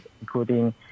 including